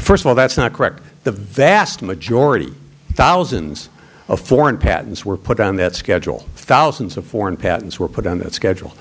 first of all that's not correct the vast majority thousands of foreign patents were put on that schedule thousands of foreign patents were put on that schedule